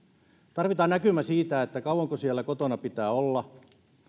tarvitaan näkymä siitä kauanko siellä kotona pitää olla